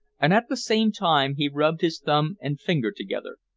and at the same time he rubbed his thumb and finger together,